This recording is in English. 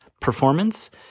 performance